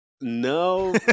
No